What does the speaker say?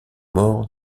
morts